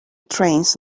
trains